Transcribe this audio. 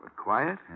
quiet